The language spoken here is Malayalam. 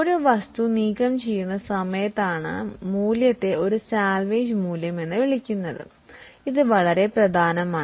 ഇത് നീക്കം ചെയ്യുന്ന സമയത്താണ് ഇപ്പോൾ ഇത് വളരെ പ്രധാനമാണ്